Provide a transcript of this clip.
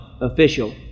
official